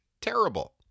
terrible